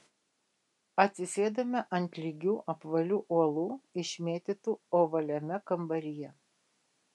atsisėdome ant lygių apvalių uolų išmėtytų ovaliame kambaryje